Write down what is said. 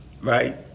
right